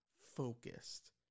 focused